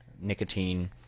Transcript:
nicotine